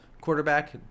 quarterback